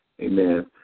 Amen